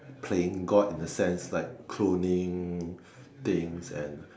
playing god in the sense like cloning things and